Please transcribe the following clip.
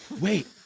wait